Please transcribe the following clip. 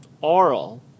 oral